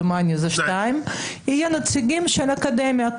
דומני שיש שניים יהיו נציגי של אקדמיה.